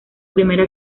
primera